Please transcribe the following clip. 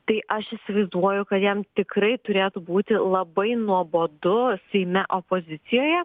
tai aš įsivaizduoju kad jam tikrai turėtų būti labai nuobodu seime opozicijoje